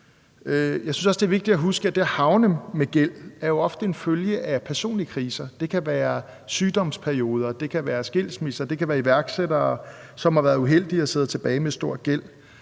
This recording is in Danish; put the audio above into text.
det er vigtigt at huske, at det at havne i gæld jo ofte er en følge af personlige kriser – det kan være sygdomsperioder eller skilsmisser, eller der kan være tale om iværksættere, som har været uheldige og sidder tilbage med stor gæld